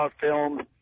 film